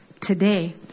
today